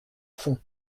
fond